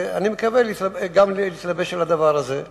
אני מקווה להתלבש גם על הדבר הזה.